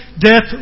death